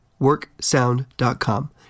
worksound.com